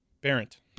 Barrett